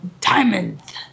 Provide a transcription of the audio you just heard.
Diamonds